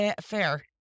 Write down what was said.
Fair